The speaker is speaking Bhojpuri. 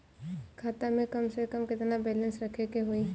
खाता में कम से कम केतना बैलेंस रखे के होईं?